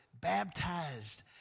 baptized